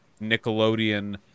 nickelodeon